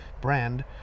brand